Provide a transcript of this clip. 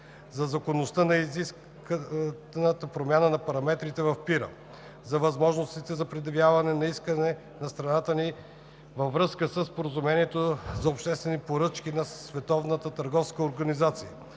за законността на исканата промяна на параметрите на ПИР-а; за възможностите за предявяване на искове към страната ни във връзка със Споразумението за обществените поръчки на